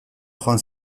joan